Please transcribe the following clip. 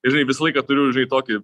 ir žinai visą laiką turiu žinai tokį